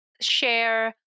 share